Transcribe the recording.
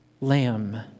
lamb